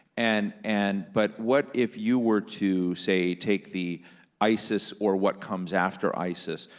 and and but what if you were to say take the isis or what comes after isis,